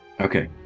Okay